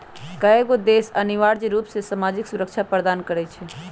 कयगो देश अनिवार्ज रूप से सामाजिक सुरक्षा प्रदान करई छै